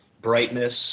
Brightness